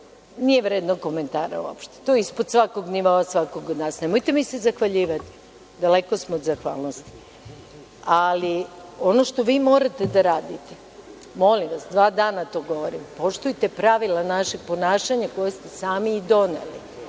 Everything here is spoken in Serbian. nije vredno komentara uopšte. To je ispod svakog nivoa svakog od nas. Nemojte mi se zahvaljivati, daleko smo od zahvalnosti. Ali, ono što vi morate da radite, molim vas, dva dana to govorim, poštujte pravila našeg ponašanja koje ste sami i doneli.